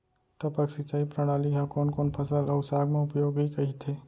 टपक सिंचाई प्रणाली ह कोन कोन फसल अऊ साग म उपयोगी कहिथे?